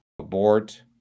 Abort